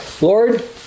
Lord